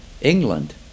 England